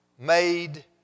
made